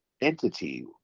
Entity